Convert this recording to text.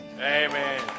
Amen